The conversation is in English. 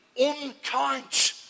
unkind